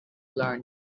learn